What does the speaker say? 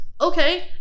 Okay